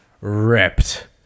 ripped